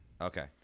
okay